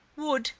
would,